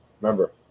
Remember